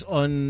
on